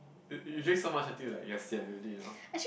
you you drink so much until you like you're sian already you know